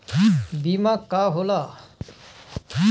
बीमा का होला?